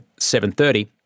730